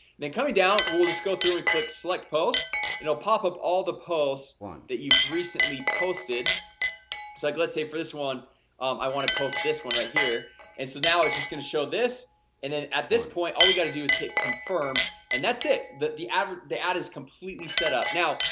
then coming down. we'll just go through and click select post it'll pop up all the posts that you've recently posted it's like let's say for this one i want to post this one right here and so now it's just gonna show this and then at this point all we got to do is hit confirm and that's it, but the ad the ad is completely set up now.